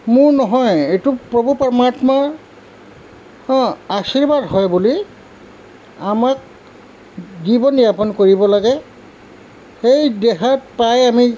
মোৰ নহয় এইটো প্ৰভু পৰামাত্মা আশীৰ্বাদ হয় বুলি আমাক জীৱন যাপন কৰিব লাগে সেই দেহাত প্ৰায় আমি